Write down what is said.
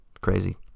Crazy